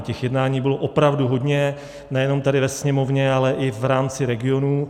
Těch jednání bylo opravdu hodně nejenom tady ve Sněmovně, ale i v rámci regionů.